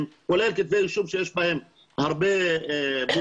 כולל כתבי אישום שיש בהם הרבה אנשים,